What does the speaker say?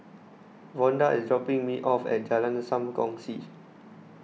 Vonda is dropping me off at Jalan Sam Kongsi